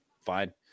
fine